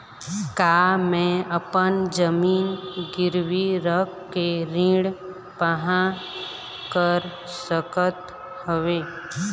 का मैं अपन जमीन गिरवी रख के ऋण पाहां कर सकत हावे?